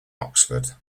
oxford